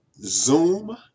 Zoom